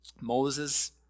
Moses